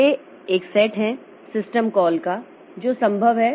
वे एक सेट हैं system call का जो संभव है